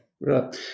Right